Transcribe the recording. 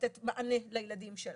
לתת מענה לילדים שלנו.